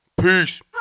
Peace